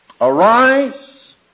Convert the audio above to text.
Arise